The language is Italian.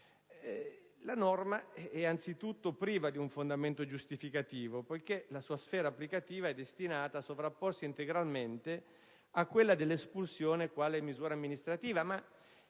La norma è anzitutto priva di un fondamento giustificativo poiché la sua sfera applicativa è destinata a sovrapporsi integralmente a quella dell'espulsione quale misura amministrativa,